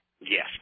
Yes